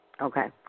Okay